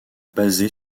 basée